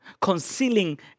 concealing